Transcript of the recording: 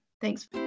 Thanks